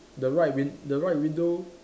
the right win~ the right window